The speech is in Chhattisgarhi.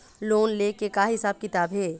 लोन ले के का हिसाब किताब हे?